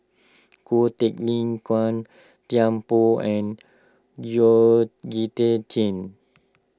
Ko Teck Nin Gan Thiam Poh and Georgette Chen